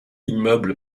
immeuble